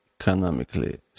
economically